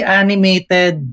animated